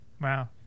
Wow